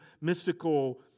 mystical